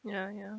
ya ya